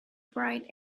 bright